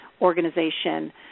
organization